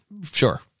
sure